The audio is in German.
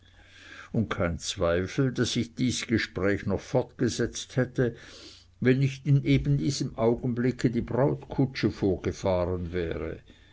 und kein zweifel daß sich dies gespräch noch fortgesetzt hätte wenn nicht in eben diesem augenblicke die brautkutsche vorgefahren wäre